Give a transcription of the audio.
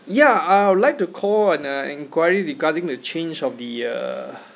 ya I would like to call and uh enquiry regarding the change of the uh